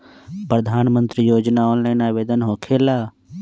प्रधानमंत्री योजना ऑनलाइन आवेदन होकेला?